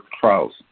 trials